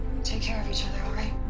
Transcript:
take care of each other, alright?